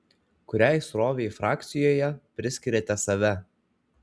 kuriai srovei frakcijoje priskiriate save